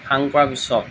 সাং কৰাৰ পিছত